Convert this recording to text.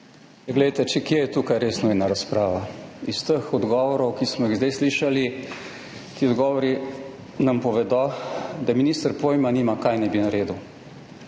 Glejte, če kje, je tukaj res nujna razprava. Iz teh odgovorov, ki smo jih zdaj slišali, ti odgovori nam povedo, da minister pojma nima, kaj naj bi naredil.